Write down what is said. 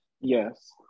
Yes